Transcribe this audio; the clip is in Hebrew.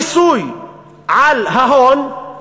המיסוי על ההון,